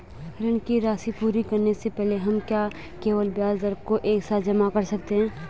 ऋण की राशि पूरी करने से पहले हम क्या केवल ब्याज दर को एक साथ जमा कर सकते हैं?